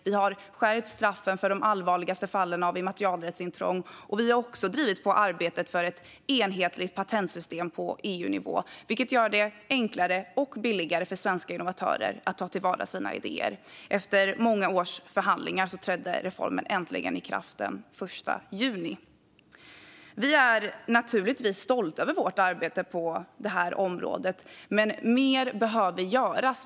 Vi har skärpt straffen för de allvarligaste fallen av immaterialrättsintrång, och vi har också drivit på arbetet för ett enhetligt patentsystem på EU-nivå, vilket gör det enklare och billigare för svenska innovatörer att ta till vara sina idéer. Efter många års förhandlingar trädde denna reform äntligen i kraft den 1 juni. Vi är naturligtvis stolta över vårt arbete på det här området, men mer behöver göras.